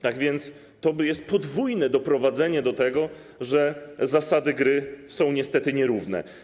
Tak więc to jest podwójne doprowadzenie do tego, że zasady gry są niestety nierówne.